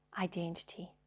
identity